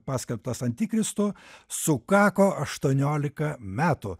paskelbtas antikristu sukako aštuoniolika metų